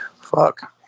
fuck